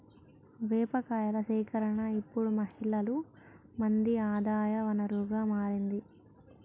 వేప కాయల సేకరణ ఇప్పుడు మహిళలు మంది ఆదాయ వనరుగా మారింది